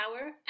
power